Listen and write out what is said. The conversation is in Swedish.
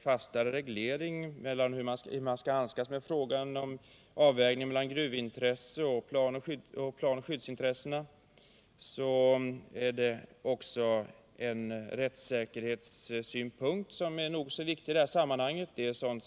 fastare reglering av hur man skall handskas med frågan om avvägningen mellan gruvintressena och planoch skyddsintressena. Men också rättssäkerhetssynpunkterna är mycket viktiga i sammanhanget.